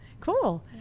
Cool